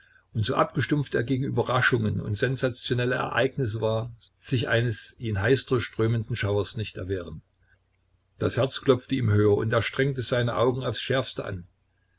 und so abgestumpft er gegen überraschungen und sensationelle ereignisse war sich eines ihn heiß durchströmenden schauers nicht erwehren das herz klopfte ihm höher und er strengte seine augen aufs schärfste an